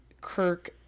Kirk